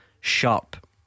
sharp